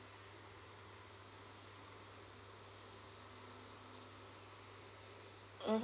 mmhmm